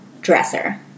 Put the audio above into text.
dresser